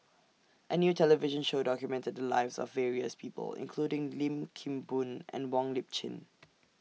A New television Show documented The Lives of various People including Lim Kim Boon and Wong Lip Chin